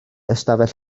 ystafell